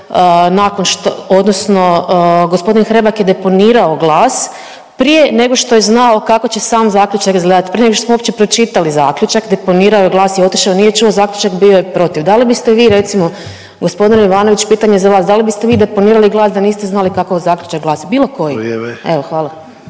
nakon što odnosno g. Hrebak je deponirao glas prije nego što je znao kako će sam zaključak izgledat, prije nego što smo uopće pročitali zaključak deponirao je glas i otišao, nije čuo zaključak i bio je protiv, da li biste vi recimo g. Ivanović, pitanje za vas, da li biste vi deponirali glas da niste znali kako zaključak glasi, bilo koji? …/Upadica